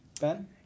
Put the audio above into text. Ben